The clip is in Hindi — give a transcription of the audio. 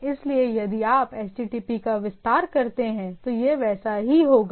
इसलिए यदि आप HTTP का विस्तार करते हैं तो यह वैसा ही होगा